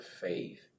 faith